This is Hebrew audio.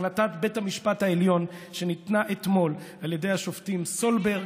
מהחלטת בית המשפט העליון שניתנה אתמול על ידי השופטים סולברג,